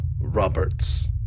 Roberts